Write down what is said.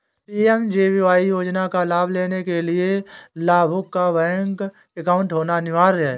PMJBY योजना का लाभ लेने के लिया लाभुक का बैंक अकाउंट होना अनिवार्य है